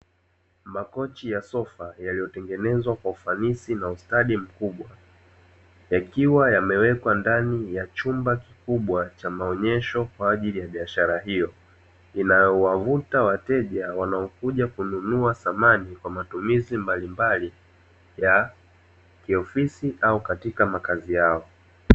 Makochi ya sofa yaliyotengenezwa kwa ufanisi na ustadi mkubwa, yakiwa yamewekwa ndani ya chumba kikubwa cha maonyesho, kwa ajili ya biashara hiyo, inayowavuta wateja wanaokuja kununua samani kwa matumizi mbalimbali ya kiofisi au katika makazi yao.